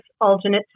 alternate